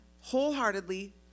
wholeheartedly